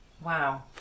wow